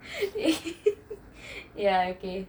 ya okay